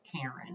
Karen